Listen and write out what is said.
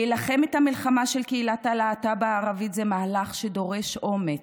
להילחם את המלחמה של קהילת הלהט"ב הערבית זה מהלך שדורש אומץ,